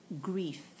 grief